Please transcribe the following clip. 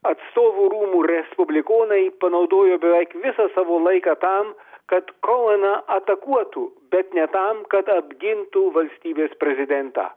atstovų rūmų respublikonai panaudojo beveik visą savo laiką tam kad kouveną atakuotų bet ne tam kad apgintų valstybės prezidentą